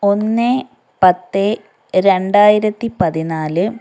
ഒന്ന് പത്ത് രണ്ടായിരത്തി പതിനാല്